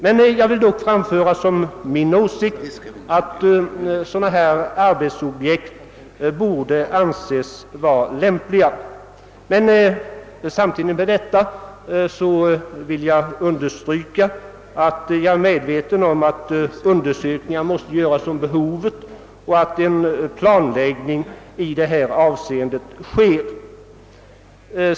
Men jag vill uttala som min åsikt att dylika arbetsobjekt borde anses lämpliga. Samtidigt vill jag understryka att jag är medveten om att undersökningar måste göras beträffande behovet av sådana arbeten och att planläggning i detta avseende äger rum.